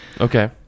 okay